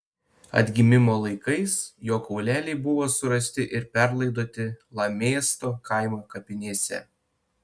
atgimimo laikais jo kauleliai buvo surasti ir perlaidoti lamėsto kaimo kapinėse